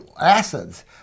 acids